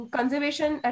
Conservation